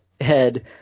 head